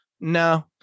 No